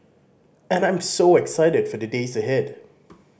and I'm so excited for the days ahead